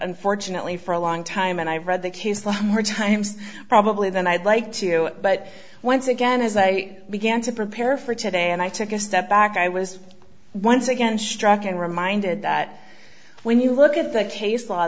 unfortunately for a long time and i read the case the hard times probably then i'd like to but once again as i began to prepare for today and i took a step back i was once again struck in reminded that when you look at the case law